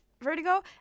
Vertigo